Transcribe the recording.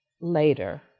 later